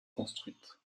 construite